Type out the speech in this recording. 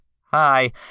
hi